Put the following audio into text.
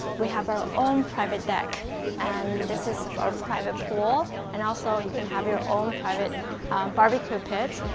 we have our own private deck and this is our private pool and also you can have your own private bbq pit.